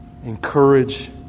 Encourage